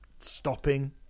stopping